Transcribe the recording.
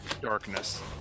darkness